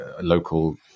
local